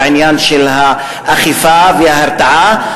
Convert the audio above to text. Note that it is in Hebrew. העניין של האכיפה וההרתעה,